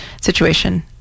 situation